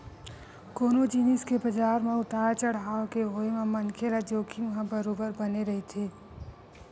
कोनो जिनिस के बजार म उतार चड़हाव के होय म मनखे ल जोखिम ह बरोबर बने रहिथे